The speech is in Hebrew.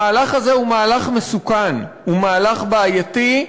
המהלך הזה הוא מהלך מסוכן, הוא מהלך בעייתי,